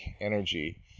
energy